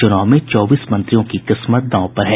चुनाव में चौबीस मंत्रियों की किस्मत दांव पर है